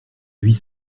huit